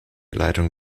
leitung